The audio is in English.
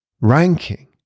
ranking